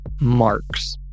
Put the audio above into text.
marks